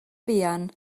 fuan